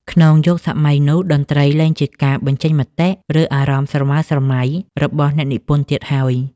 ក្នុងយុគសម័យនោះ តន្ត្រីលែងជាការបញ្ចេញមតិ ឬអារម្មណ៍ស្រមើស្រមៃរបស់អ្នកនិពន្ធទៀតហើយ។